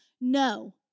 No